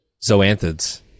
Zoanthids